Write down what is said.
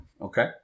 Okay